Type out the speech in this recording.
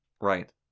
Right